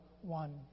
one